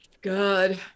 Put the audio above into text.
Good